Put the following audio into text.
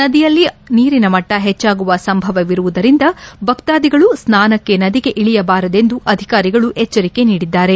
ನದಿಯಲ್ಲಿ ನೀರಿನ ಮಟ್ಟ ಹೆಚ್ಚಾಗುವ ಸಂಭವವಿರುವುದರಿಂದ ಭಕ್ತಾದಿಗಳು ಸ್ನಾನಕ್ಕೆ ನದಿಗೆ ಇಳಿಯಬಾರೆಂದು ಅಧಿಕಾರಿಗಳು ಎಚ್ಚರಿಕೆ ನೀಡಿದ್ದಾರೆ